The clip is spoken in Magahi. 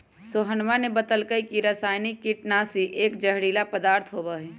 सोहनवा ने बतल कई की रसायनिक कीटनाशी एक जहरीला पदार्थ होबा हई